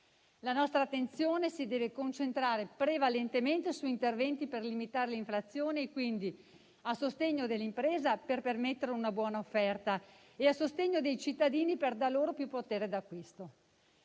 La nostra attenzione si deve concentrare prevalentemente su interventi per limitare l'inflazione, quindi a sostegno dell'impresa, per permettere una buona offerta, e dei cittadini, per dar loro più potere d'acquisto.